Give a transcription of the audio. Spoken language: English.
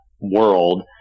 world